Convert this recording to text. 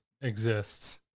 exists